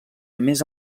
més